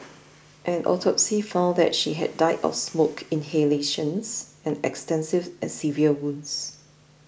an autopsy found that she had died of smoke inhalation and extensive and severe burns